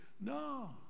no